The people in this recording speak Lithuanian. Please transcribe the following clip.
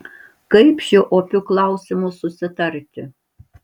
kaip šiuo opiu klausimu susitarti